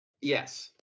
Yes